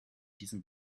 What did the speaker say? diesem